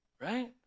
Right